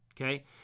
Okay